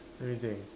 what do you think